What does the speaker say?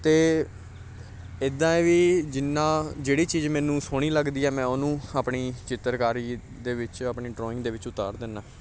ਅਤੇ ਇੱਦਾਂ ਵੀ ਜਿੰਨਾ ਜਿਹੜੀ ਚੀਜ਼ ਮੈਨੂੰ ਸੋਹਣੀ ਲੱਗਦੀ ਹੈ ਮੈਂ ਉਹਨੂੰ ਆਪਣੀ ਚਿੱਤਰਕਾਰੀ ਦੇ ਵਿੱਚ ਆਪਣੀ ਡਰਾਇੰਗ ਦੇ ਵਿੱਚ ਉਤਾਰ ਦਿੰਦਾ